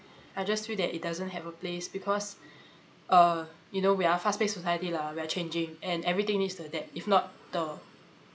I just feel that it doesn't have a place because uh you know we are fast paced society lah we are changing and everything needs adapt if not the